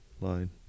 line